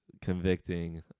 convicting